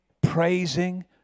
praising